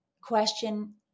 question